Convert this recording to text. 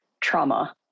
trauma